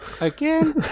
Again